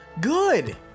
good